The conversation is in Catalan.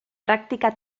pràctica